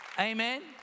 Amen